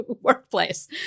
workplace